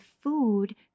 food